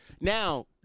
Now